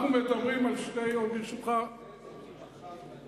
אנחנו מדברים על, תקזז אותי מחר ואני,